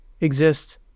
exists